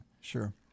sure